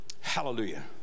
Hallelujah